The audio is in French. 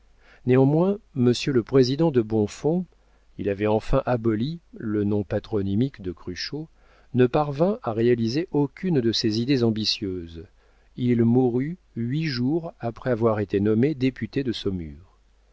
néanmoins monsieur le président de bonfons il avait enfin aboli le nom patronymique de cruchot ne parvint à réaliser aucune de ses idées ambitieuses il mourut huit jours après avoir été nommé député de saumur